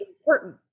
important